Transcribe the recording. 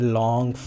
long